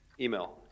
Email